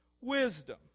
wisdom